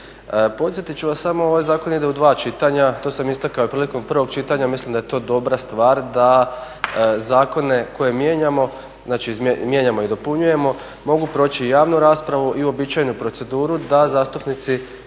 Podsjetiti ću vas samo ovaj zakon ide u dva čitanja, to sam istakao i prilikom prvog čitanja, mislim da je to dobra stvar da zakone koje mijenjamo, znači mijenjamo i dopunjujemo mogu proći javnu raspravu i uobičajenu proceduru da zastupnici